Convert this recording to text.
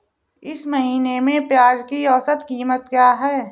इस महीने में प्याज की औसत कीमत क्या है?